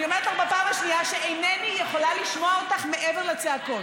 אני אומרת לך בפעם השנייה שאינני יכולה לשמוע אותך מעבר לצעקות,